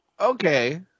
Okay